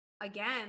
Again